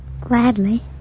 Gladly